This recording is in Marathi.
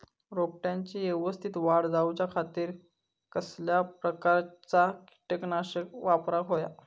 रोपट्याची यवस्तित वाढ जाऊच्या खातीर कसल्या प्रकारचा किटकनाशक वापराक होया?